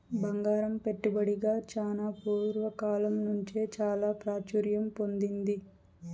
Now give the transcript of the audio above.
బంగారం పెట్టుబడిగా చానా పూర్వ కాలం నుంచే చాలా ప్రాచుర్యం పొందింది